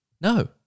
no